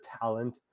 talent